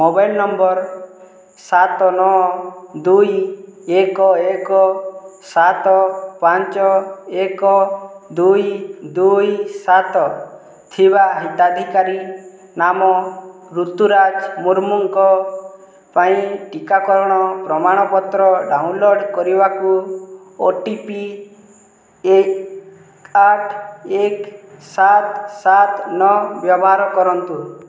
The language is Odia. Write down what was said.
ମୋବାଇଲ୍ ନମ୍ବର୍ ସାତ ନଅ ଦୁଇ ଏକ ଏକ ସାତ ପାଞ୍ଚ ଏକ ଦୁଇ ଦୁଇ ସାତ ଥିବା ହିତାଧିକାରୀ ନାମ ରୁତୁରାଜ ମୁର୍ମୁଙ୍କ ପାଇଁ ଟିକାକରଣ ପ୍ରମାଣପତ୍ର ଡାଉନ୍ଲୋଡ଼୍ କରିବାକୁ ଓ ଟି ପି ଏକ ଆଠ ଏକ ସାତ ସାତ ନଅ ବ୍ୟବହାର କରନ୍ତୁ